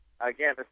Again